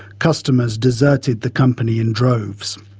customers deserted the company in droves.